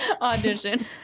Audition